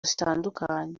zitandukanye